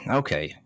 okay